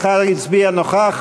אחד הצביע נוכח.